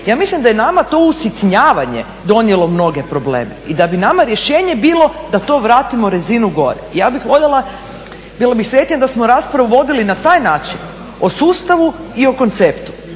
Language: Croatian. Ja mislim da je nama to usitnjavanje donijelo mnoge probleme i da bi nama rješenje bilo da to vratimo razinu gore. Ja bih voljela, bila bih sretnija da smo raspravu vodili na taj način o sustavu i o konceptu